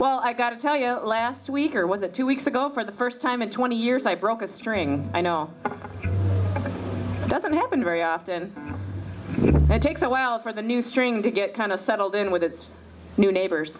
well i gotta tell you last week or was it two weeks ago for the first time in twenty years i broke a string i know doesn't happen very often it takes a while for the new string to get kind of settled in with its new neighbors